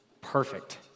perfect